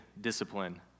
discipline